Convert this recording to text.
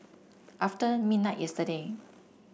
after midnight yesterday